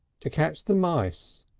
to catch the mice?